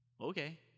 Okay